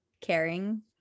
caring